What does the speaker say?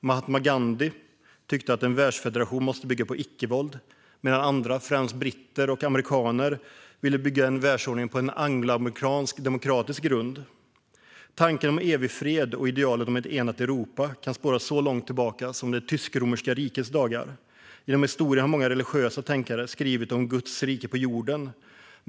Mahatma Gandhi tyckte att en världsfederation måste bygga på icke-våld medan andra, främst britter och amerikaner, ville bygga en världsordning på angloamerikansk, demokratisk grund. Tanken om evig fred och idealet om ett enat Europa kan spåras så långt tillbaka som till Tysk-romerska rikets dagar, och stora och religiösa tänkare har skrivit om Guds rike på jorden.